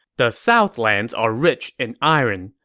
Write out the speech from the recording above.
the southlands are rich in iron.